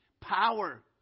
power